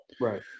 right